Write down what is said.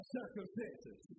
circumstances